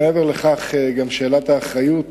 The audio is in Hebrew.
מעבר לכך, שאלת האחריות